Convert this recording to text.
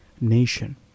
Nation